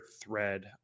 thread